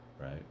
right